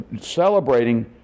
celebrating